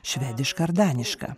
švediška ar daniška